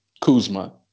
Kuzma